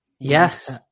Yes